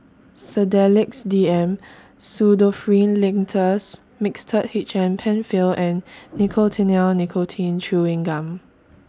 Sedilix D M Pseudoephrine Linctus Mixtard H M PenFill and Nicotinell Nicotine Chewing Gum